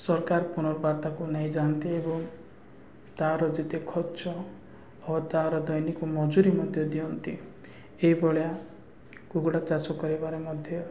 ସରକାର ପୁନର୍ବାର ତା'କୁ ନେଇଯାଆନ୍ତି ଏବଂ ତା'ର ଯେତେ ଖର୍ଚ୍ଚ ଓ ତା'ର ଦୈନିକ ମଜୁରୀ ମଧ୍ୟ ଦିଅନ୍ତି ଏହି ଭଳିଆ କୁକୁଡ଼ା ଚାଷ କରିବାରେ ମଧ୍ୟ